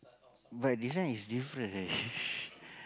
but this one is different already